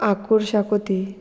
आकुर शाकोती